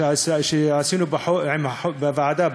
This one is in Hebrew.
שעשינו בחוק בוועדה,